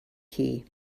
key